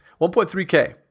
1.3k